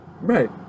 Right